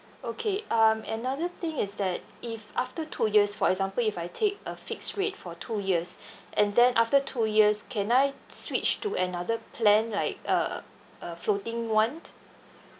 okay um another thing is that if after two years for example if I take a fixed rate for two years and then after two years can I switch to another plan like uh a floating one